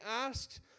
asked